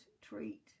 treat